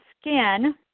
skin